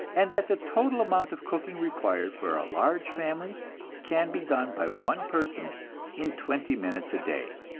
and that the total amount of cooking required for a large family can be done by one person in twenty minutes a day.